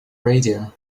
radio